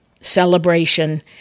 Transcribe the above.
celebration